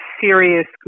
serious